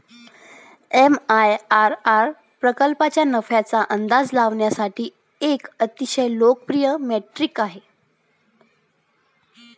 MIRR प्रकल्पाच्या नफ्याचा अंदाज लावण्यासाठी एक अतिशय लोकप्रिय मेट्रिक आहे